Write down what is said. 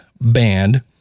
band